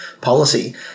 policy